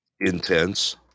Intense